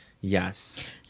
Yes